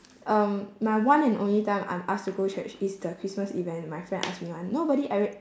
um my one and only time I'm asked to go church is the christmas event my friend ask me [one] nobody ever